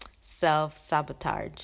self-sabotage